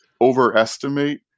overestimate